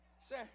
say